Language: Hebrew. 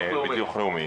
ביטוח לאומי,